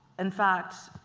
in fact,